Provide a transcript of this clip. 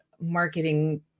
marketing